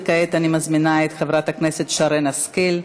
וכעת אני מזמינה את חברת הכנסת שרן השכל,